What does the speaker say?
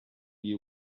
you